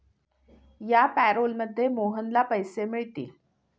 या पॅरोलमध्ये मोहनला पैसे मिळतील